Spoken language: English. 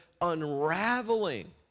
unraveling